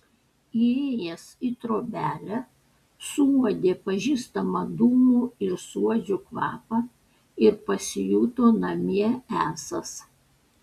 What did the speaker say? įėjęs į trobelę suuodė pažįstamą dūmų ir suodžių kvapą ir pasijuto namie esąs